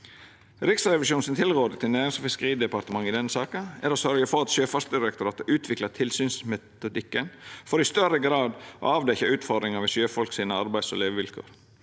Riksrevisjonen si tilråding til Nærings- og fiskeridepartementet i denne saka er å sørgje for at Sjøfartsdirektoratet utviklar tilsynsmetodikken for i større grad å avdekkja utfordringane ved arbeids- og levevilkåra